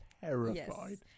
terrified